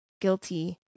guilty